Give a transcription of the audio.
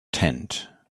tent